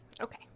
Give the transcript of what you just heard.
Okay